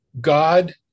God